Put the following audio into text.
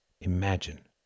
imagine